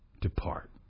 Depart